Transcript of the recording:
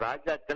ராஜாக்கள்